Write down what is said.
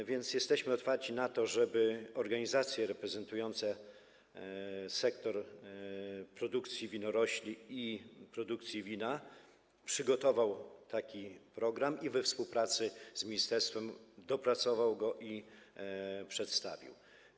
A więc jesteśmy otwarci na to, żeby organizacje reprezentujące sektor produkcji winorośli i produkcji wina przygotowały taki program i we współpracy z ministerstwem dopracowały go i przedstawiły.